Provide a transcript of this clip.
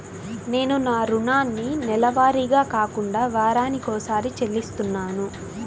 నేను నా రుణాన్ని నెలవారీగా కాకుండా వారానికోసారి చెల్లిస్తున్నాను